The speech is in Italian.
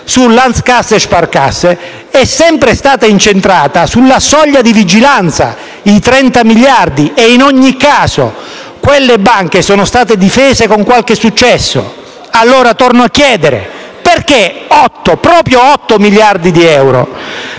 sulle *Landeskassen-Sparkassen* è sempre stata incentrata sulla soglia di vigilanza, i 30 miliardi, e in ogni caso quelle banche sono state difese con qualche successo. Torno dunque a chiedere: perché proprio 8 miliardi di euro?